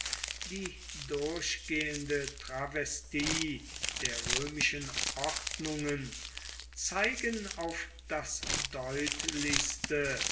die durchgehende travestie der römischen ordnungen zeigen auf das deutlichste